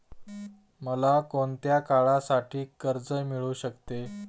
मला कोणत्या काळासाठी कर्ज मिळू शकते?